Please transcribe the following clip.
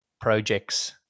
projects